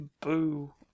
Boo